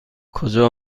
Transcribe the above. کجا